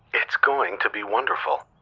it's going to be wonderful.